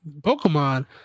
Pokemon